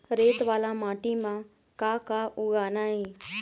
रेत वाला माटी म का का उगाना ये?